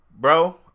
Bro